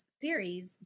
series